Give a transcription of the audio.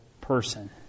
person